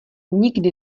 nikdy